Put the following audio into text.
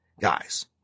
guys